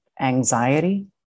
anxiety